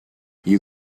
you